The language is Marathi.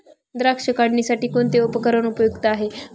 द्राक्ष काढणीसाठी कोणते उपकरण उपयुक्त आहे?